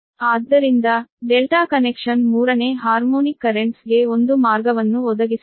ಆದ್ದರಿಂದ delta connection ಮೂರನೇ harmonic currents ಗೆ ಒಂದು ಮಾರ್ಗವನ್ನು ಒದಗಿಸುತ್ತದೆ